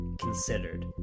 considered